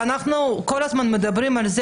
אנחנו כל הזמן מדברים על זה